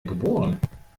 geboren